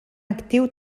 actiu